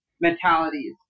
mentalities